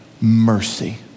mercy